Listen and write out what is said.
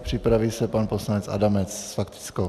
Připraví se pan poslanec Adamec s faktickou.